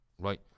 Right